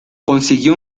consiguió